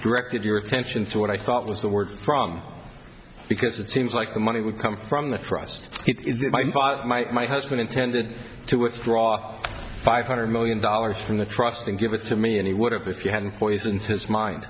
directed your attention to what i thought was the word wrong because it seems like the money would come from the trust my husband intended to withdraw five hundred million dollars from the trust and give it to me and he would have if you hadn't poisoned his mind